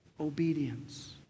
Obedience